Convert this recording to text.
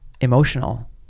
emotional